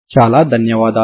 చాలా ధన్యవాదాలు